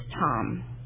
Tom